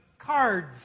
Cards